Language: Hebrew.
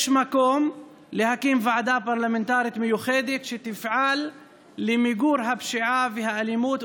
יש מקום להקים ועדה פרלמנטרית מיוחדת שתפעל למיגור הפשיעה והאלימות,